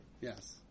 Yes